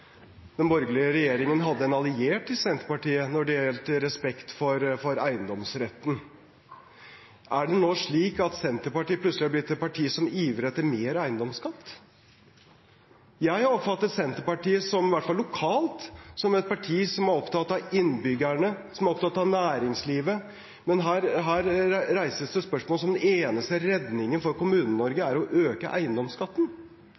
den borgerlige regjeringen hadde en alliert i Senterpartiet når det gjelder respekt for eiendomsretten. Er det nå slik at Senterpartiet plutselig har blitt et parti som ivrer etter mer eiendomsskatt? Jeg har oppfattet Senterpartiet, i hvert fall lokalt, som et parti som er opptatt av innbyggerne, som er opptatt av næringslivet. Men her reises det spørsmål som om den eneste redningen for